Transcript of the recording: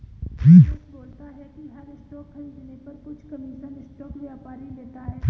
रमेश बोलता है कि हर स्टॉक खरीदने पर कुछ कमीशन स्टॉक व्यापारी लेता है